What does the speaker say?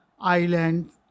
Island